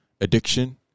addiction